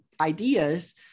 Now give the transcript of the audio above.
ideas